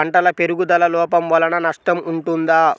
పంటల పెరుగుదల లోపం వలన నష్టము ఉంటుందా?